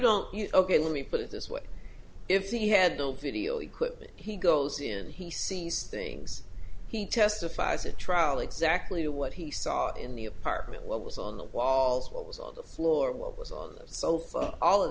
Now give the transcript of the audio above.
don't you ok let me put it this way if he had all video equipment he goes in and he sees things he testifies a trial exactly what he saw in the apartment what was on the walls what was on the floor what was on the sofa all of